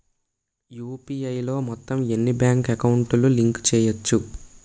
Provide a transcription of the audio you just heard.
UPI లో మొత్తం ఎన్ని బ్యాంక్ అకౌంట్ లు లింక్ చేయచ్చు?